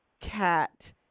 cat